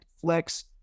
Flex